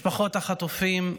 משפחות החטופים,